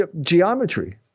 geometry